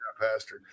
Pastor